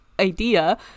idea